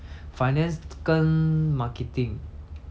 finance 跟 marketing